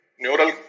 Neural